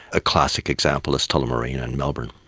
a classic example is tullamarine in melbourne.